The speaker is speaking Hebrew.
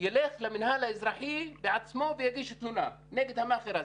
יילך למינהל האזרחי בעצמו ויגיש תלונה נגד המאכר הזה,